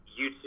YouTube